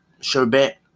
sherbet